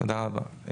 תודה רבה.